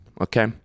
okay